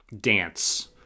dance